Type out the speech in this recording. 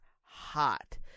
hot